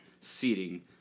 seating